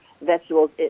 vegetables